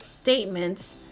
statements